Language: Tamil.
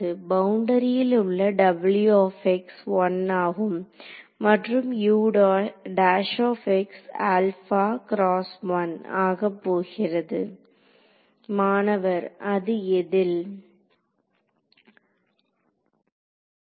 பவுண்டரியில் உள்ள 1 ஆகும் மற்றும் ஆகப்போகிறது மாணவர் அது எதில் Refer Time 1834